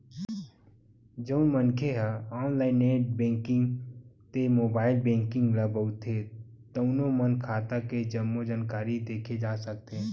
जउन मनखे ह ऑनलाईन नेट बेंकिंग ते मोबाईल बेंकिंग ल बउरथे तउनो म खाता के जम्मो जानकारी देखे जा सकथे